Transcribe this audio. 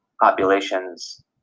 populations